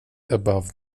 above